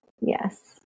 Yes